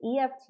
EFT